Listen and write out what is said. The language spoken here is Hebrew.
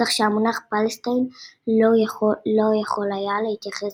כך שהמונח Palestine לא יכול היה להתייחס